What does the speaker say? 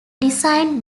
designed